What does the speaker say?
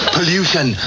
Pollution